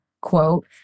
quote